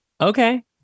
Okay